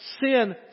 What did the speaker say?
sin